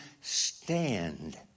stand